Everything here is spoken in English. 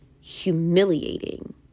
humiliating